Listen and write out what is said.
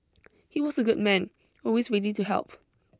he was a good man always ready to help